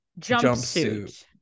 jumpsuit